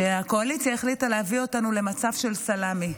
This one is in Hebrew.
שהקואליציה החליטה להביא אותנו למצב של סלמי,